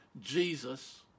Jesus